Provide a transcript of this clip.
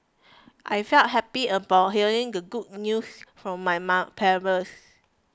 I felt happy upon hearing the good news from my mom parents